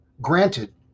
Granted